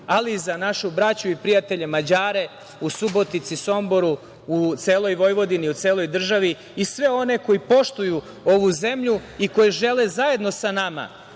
ali i za našu braću i prijatelje Mađare u Subotici, Somboru, u celoj Vojvodini, u celoj državi i sve one koji poštuju ovu zemlju i koji žele zajedno sa nama,